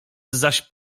zaś